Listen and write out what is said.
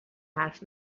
حرف